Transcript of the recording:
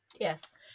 Yes